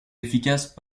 efficaces